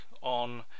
on